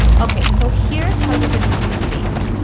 okay, so here's how you're gonna use these.